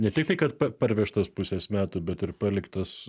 ne tai tai kad pa parvežtas pusės metų bet ir paliktas